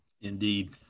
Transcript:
Indeed